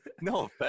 No